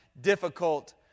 difficult